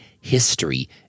history